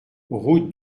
route